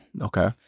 Okay